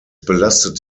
belastet